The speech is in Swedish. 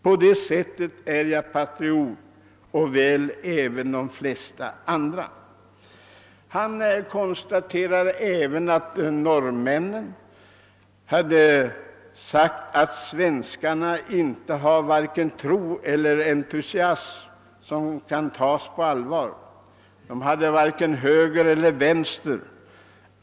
På det sättet är jag patriot och väl även de flesta andra.» Han konstaterade även att en norrman hade sagt att svenskarna inte hade vare sig tro eller entusiasm som kunde tas på allvar; de hade varken höger eller vänster.